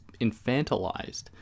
infantilized